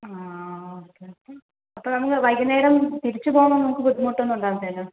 ആ okay okay അപ്പോൾ നമുക്ക് വൈകുന്നേരം തിരിച്ചു പോകണമെങ്കിൽ നമുക്ക് ബുദ്ധിമുട്ടൊന്നും ഉണ്ടാവില്ലല്ലോ